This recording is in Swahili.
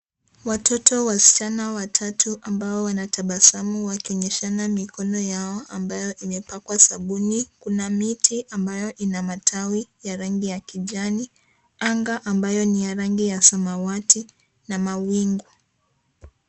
Watoto wasichana watatu, ambao wanatabasamu wakionyeshana mikono yao, ambayo imepakwa sabuni. Kuna miti ambayo ina matawi ya rangi ya kijani. Anga ambayo ni ya rangi ya samawati na mawingu.